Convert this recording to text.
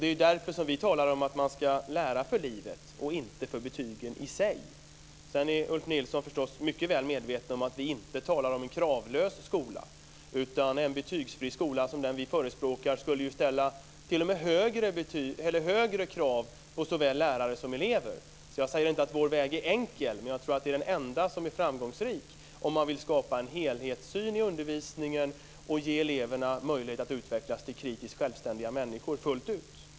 Det är därför som vi talar om att man ska lära för livet och inte för betygen i sig. Sedan är Ulf Nilsson förstås mycket väl medveten om att vi inte talar om en kravlös skola, utan en betygsfri skola som den vi förespråkar skulle ställa t.o.m. högre krav på såväl lärare som elever. Jag säger inte att vår väg är enkel. Men jag tror att det är den enda som är framgångsrik om man vill skapa en helhetssyn i undervisningen och ge eleverna möjlighet att utvecklas till kritiskt självständiga människor fullt ut.